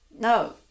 No